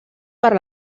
per